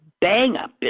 bang-up